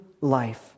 life